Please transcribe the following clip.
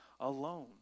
alone